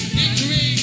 victory